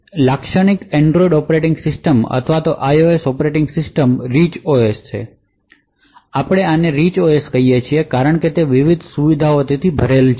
તેથી તમારી લાક્ષણિક એંડરોઈડ ઑપરેટિંગ સિસ્ટમ અથવા iOS operating system rich OS છે તેથી આપણે આને રિચ ઓએસ કહીએ છીએ કારણ કે તે વિવિધ સુવિધાઓથી ભરેલી છે